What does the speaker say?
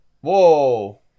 Whoa